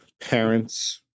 parents